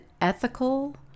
ethical